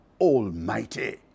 Almighty